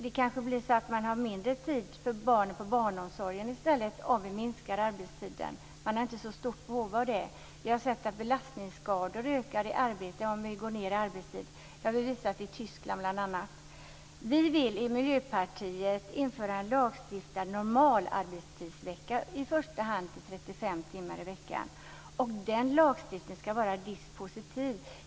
Man kanske får mindre tid för barnen inom barnomsorgen i stället om vi minskar arbetstiden. Man har inte så stort behov av den då. Vi har sett att belastningsskador minskar i arbetet om vi går ned i arbetstid. Det har visat sig bl.a. i Tyskland. Miljöpartiet vill införa en lagstiftad normalarbetstidsvecka, i första hand 35 timmar i veckan. Lagstiftningen ska vara dispositiv.